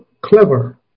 clever